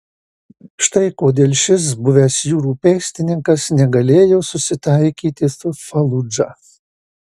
štai kodėl šis buvęs jūrų pėstininkas negalėjo susitaikyti su faludža